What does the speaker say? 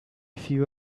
few